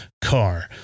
car